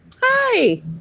Hi